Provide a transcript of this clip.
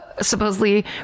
supposedly